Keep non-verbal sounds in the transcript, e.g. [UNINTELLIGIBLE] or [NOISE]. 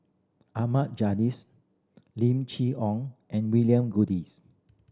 Ahmad [UNINTELLIGIBLE] Lim Chee Onn and William Goodes